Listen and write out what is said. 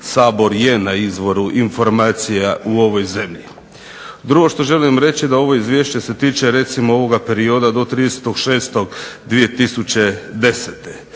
Sabor je na izvoru informacija u ovoj zemlji. Drugo što želim reći da ovo izvješće se tiče recimo ovoga perioda do 30.06.2010.